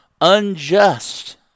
unjust